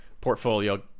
portfolio